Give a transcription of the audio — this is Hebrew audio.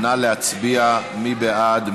נא להצביע, מי בעד?